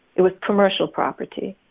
it was commercial property,